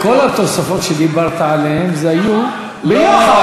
דרך אגב, כל התוספות שדיברת עליהן היו ביחד.